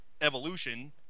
evolution